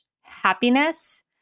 happiness